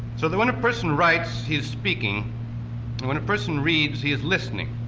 so that when a person writes he's speaking, and when a person reads, he is listening.